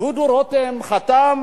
דודו רותם חתם